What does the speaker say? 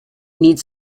needs